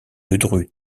ledru